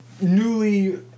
newly